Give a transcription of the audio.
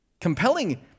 Compelling